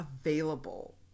available